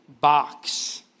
box